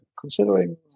considering